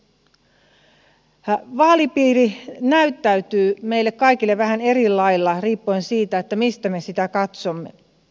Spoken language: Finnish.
vaalipiiri näyttäytyy meille kaikille vähän eri lailla riippuen siitä mistä me sitä katsomme